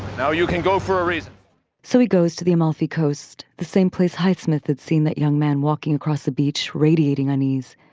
now you can go for a reason so he goes to the amalfi coast, the same place highsmith had seen that young man walking across the beach, radiating unease.